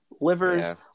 Livers